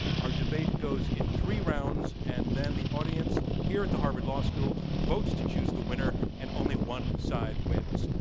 our debate goes into three rounds, and then the audience here at the harvard law school votes to choose the winner, and only one side wins.